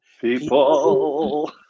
People